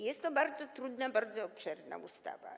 Jest to bardzo trudna, bardzo obszerna ustawa.